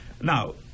now